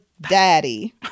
daddy